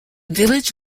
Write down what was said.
village